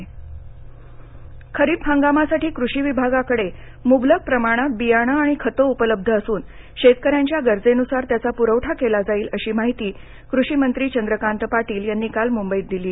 बियाणेः खरीप हंगामासाठी कृषी विभागाकडे म्बलक प्रमाणात बियाणे आणि खतं उपलब्ध असून शेतकऱ्यांच्या गरजेन्सार त्याचा प्रवठा केला जाईल अशी माहिती कृषिमंत्री चंद्रकांत पाटील यांनी काल मुंबईत दिली